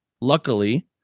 luckily